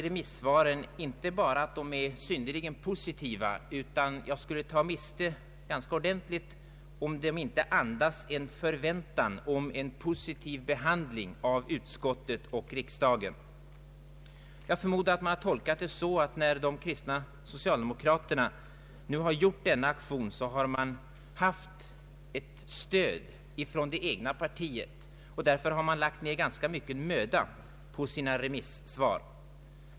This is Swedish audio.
Remissvaren är synnerligen positiva, och jag skulle ta miste ganska ordentligt om de inte andas en förväntan om en positiv behandling av utskottet och riksdagen. Jag förmodar att man har utgått från att när de kristna socialdemokraterna nu har väckt denna motion, så har bakom det funnits stöd från det egna partiet. Detta har föranlett remissinstanserna att lägga ned rätt mycken möda på sina remisssvar.